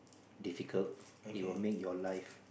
difficult it will make your life